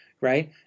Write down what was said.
right